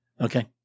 Okay